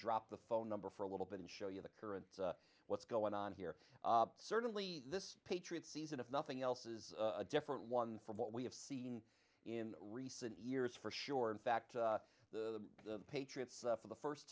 drop the phone number for a little bit and show you the current what's going on here certainly this patriots season if nothing else is a different one from what we have seen in recent years for sure in fact the patriots for the